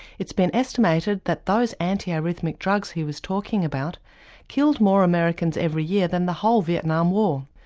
it's been estimated that those anti-arrhythmic drugs he was talking about killed more americans every year than the whole vietnam war.